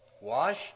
wash